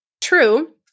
true